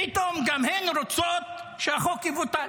פתאום גם הן רוצות שהחוק יבוטל